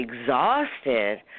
exhausted